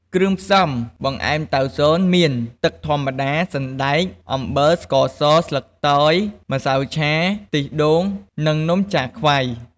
គ្រឿងផ្សំបង្អែមតៅស៊នមាន ទឺកធម្មតា សណ្តែក អំបិល ស្ករស ស្លឹកតយ ម្សៅឆា ខ្ទិះដូង និងនំចាខ្វៃ។